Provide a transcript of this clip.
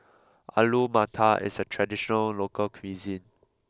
Alu Matar is a traditional local cuisine